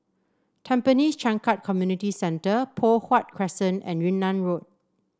Tampines Changkat Community Centre Poh Huat Crescent and Yunnan Road